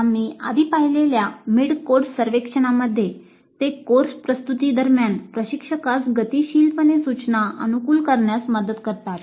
आम्ही आधी पाहिलेल्या मिड कोर्स सर्वेक्षणांमध्ये ते कोर्स प्रस्तुती दरम्यान प्रशिक्षकास गतीशीलपणे सूचना अनुकूल करण्यास मदत करतात